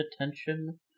attention